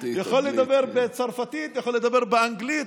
לדבר בצרפתית, הוא יכול לדבר באנגלית,